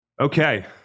Okay